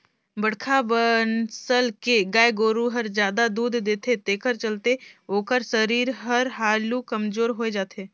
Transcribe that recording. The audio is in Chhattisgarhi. बड़खा बनसल के गाय गोरु हर जादा दूद देथे तेखर चलते ओखर सरीर हर हालु कमजोर होय जाथे